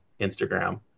Instagram